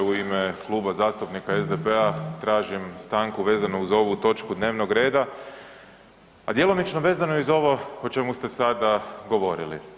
U ime Kluba zastupnika SDP-a tražim stanku vezano uz ovu točku dnevnog reda, a djelomično vezano i uz ovo o čemu ste sada govorili.